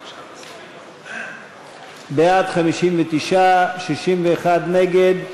בעד, 59, 61 נגד.